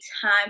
time